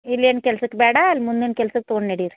ಇಲ್ಲೇನು ಕೆಲ್ಸಕ್ಕೆ ಬ್ಯಾಡ ಅಲ್ಲಾ ಮುಂದಿನ ಕೆಲ್ಸಕ್ಕೆ ತಗೊಂಡು ನಡೀರಿ